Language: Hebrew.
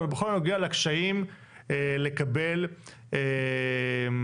אבל בכל הנוגע לקשיים לקבל אישורים,